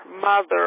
mother